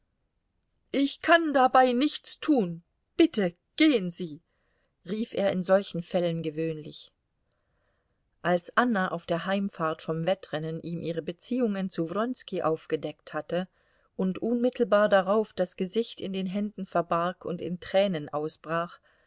ich kann dabei nichts tun bitte gehen sie rief er in solchen fällen gewöhnlich als anna auf der heimfahrt vom wettrennen ihm ihre beziehungen zu wronski aufgedeckt hatte und unmittelbar darauf das gesicht in den händen verbarg und in tränen ausbrach